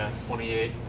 twenty eight,